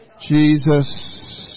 Jesus